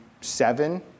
seven